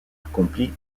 accompli